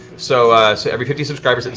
so every fifty subscribers, and